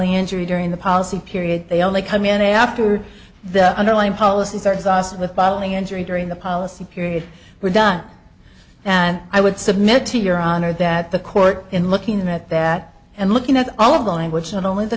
injury during the policy period they only come in a after the underlying policies are exhausted with bodily injury during the policy period were done and i would submit to your honor that the court in looking at that and looking at all of the language and only the